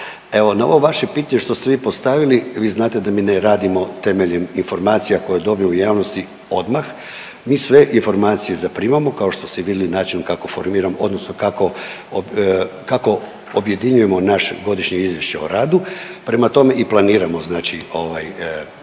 evo na ovo vaše pitanje što ste vi postavili vi znate da mi ne radimo temeljem informacija koje dobije u javnosti odmah. Mi sve informacije zaprimao kao što ste i vidli način kako formiram odnosno kako, kako objedinjujemo naše godišnje izvješće o radu, prema tome i planiramo znači ovaj